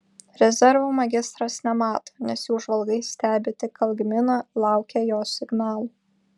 rezervų magistras nemato nes jų žvalgai stebi tik algminą laukia jo signalų